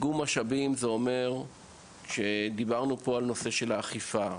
דיברנו על אכיפה,